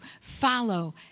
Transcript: follow